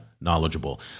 knowledgeable